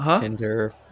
Tinder